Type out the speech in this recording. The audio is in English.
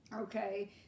okay